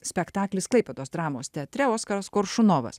spektaklis klaipėdos dramos teatre oskaras koršunovas